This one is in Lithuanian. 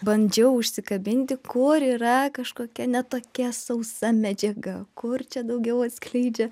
bandžiau užsikabinti kur yra kažkokia ne tokia sausa medžiaga kur čia daugiau atskleidžia